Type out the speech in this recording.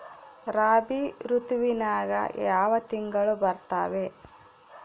ರಾಬಿ ಋತುವಿನ್ಯಾಗ ಯಾವ ತಿಂಗಳು ಬರ್ತಾವೆ?